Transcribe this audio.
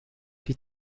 die